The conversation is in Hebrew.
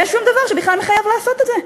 ואין שום דבר שבכלל מחייב לעשות את זה.